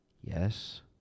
Yes